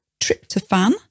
tryptophan